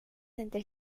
entre